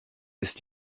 ist